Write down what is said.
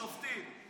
השופטים.